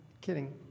Kidding